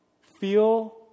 feel